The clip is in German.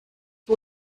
der